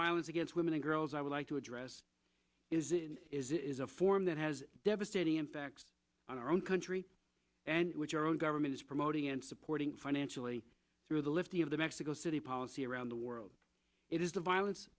violence against women and girls i would like to address is a form that has devastating impacts on our own country and which our own government is promoting and supporting financially through the lifting of the mexico city policy around the world it is the violence